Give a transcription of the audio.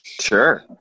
Sure